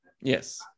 Yes